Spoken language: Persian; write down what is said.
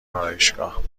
آرایشگاه